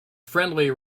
friendly